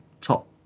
top